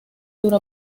duró